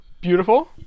beautiful